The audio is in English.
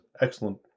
excellent